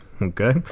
Okay